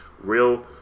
real